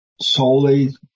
solely